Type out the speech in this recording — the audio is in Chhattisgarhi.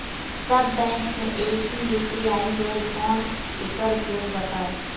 सब बैंक मे एक ही यू.पी.आई होएल कौन एकर उपयोग बताव?